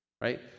right